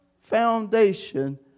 foundation